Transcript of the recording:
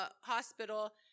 hospital